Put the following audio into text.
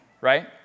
right